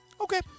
okay